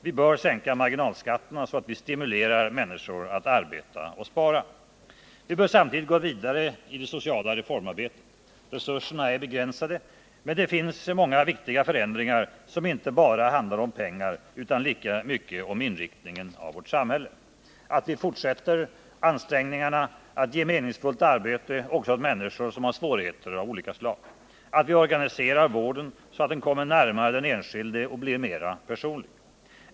Vi bör sänka marginalskatterna, så att vi stimulerar människor att arbeta och att spara. Vi bör samtidigt gå vidare i det sociala reformarbetet. Resurserna är begränsade, men det finns många viktiga förändringar som inte bara handlar om pengar utan lika mycket om inriktningen av vårt samhälle. Vi bör fortsätta med våra ansträngningar att ge meningsfullt arbete också åt människor som har svårigheter av olika slag. Vi bör organisera vården, så att den kommer närmare den enskilde och blir mer personlig.